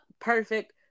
perfect